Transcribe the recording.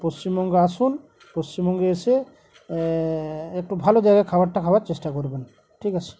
পশ্চিমবঙ্গে আসুন পশ্চিমবঙ্গে এসে একটু ভালো জায়গায় খাবারটা খাওয়ার চেষ্টা করবেন ঠিক আছে